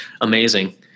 amazing